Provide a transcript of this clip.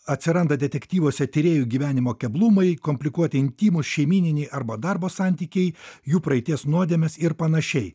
atsiranda detektyvuose tyrėjų gyvenimo keblumai komplikuoti intymūs šeimyniniai arba darbo santykiai jų praeities nuodėmes ir panašiai